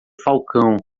falcão